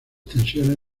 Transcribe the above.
tensiones